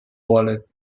walled